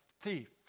thief